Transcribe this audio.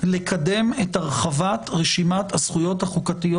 לקדם את הרחבת רשימת הזכויות החוקתיות